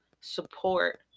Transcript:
support